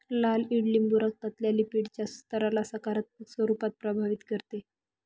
लाल ईडलिंबू रक्तातल्या लिपीडच्या स्तराला सकारात्मक स्वरूपात प्रभावित करते